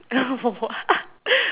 what